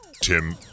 Tim